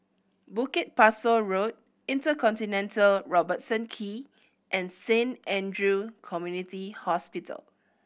Bukit Pasoh Road InterContinental Robertson Quay and Saint Andrew Community Hospital